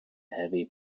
heavy